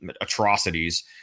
atrocities